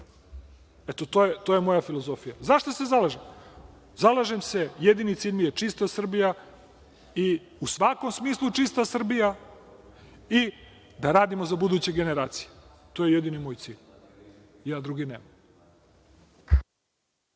Eto, to je moja filozofija. Za šta se ja zalažem? Zalažem se, jedini cilj mi je čista Srbija, u svakom smislu čista Srbija, i da radimo za buduće generacije. To je jedini moj cilj, ja drugi nemam.